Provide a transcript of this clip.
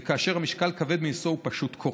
וכאשר המשקל כבד מנשוא הוא פשוט קורס.